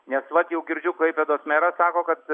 nes vat jau girdžiu klaipėdos meras sako kad